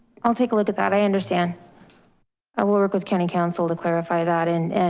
i'll take a look at that. i understand i will work with county counsel to clarify that and and